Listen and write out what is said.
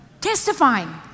testifying